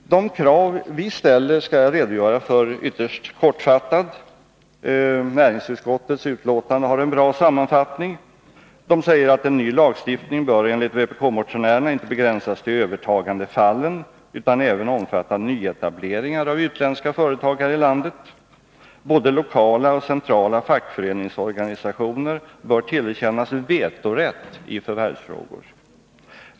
De krav som vi ställer skall jag redogöra för ytterst kortfattat. Näringsutskottets betänkande innehåller en bra sammanfattning. Beträffande vår motion skriver utskottet: ”En ny lagstiftning bör enligt motionärerna inte begränsas till övertagandefallen utan även omfatta nyetableringar av utländska företag här i landet. Både lokala och centrala fackföreningsorganisationer bör tillerkännas vetorätt i förvärvsfrågor.